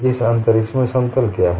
इस अंतरिक्ष में समतल क्या है